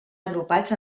agrupats